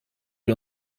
wir